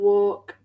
Walk